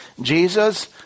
Jesus